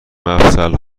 مفصل